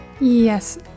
Yes